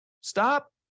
stop